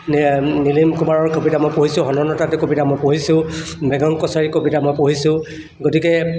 নিলিম কুমাৰৰ কবিতা মই পঢ়িছোঁ তাঁতীৰ কবিতা মই পঢ়িছোঁ মৃগাং কছাৰীৰ কবিতা মই পঢ়িছোঁ গতিকে